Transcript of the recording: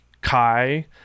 Kai